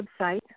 website